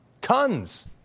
Tons